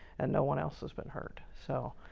and no one else has been hurt. so,